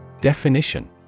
Definition